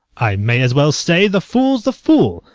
i may as well say the fool's the fool.